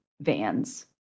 vans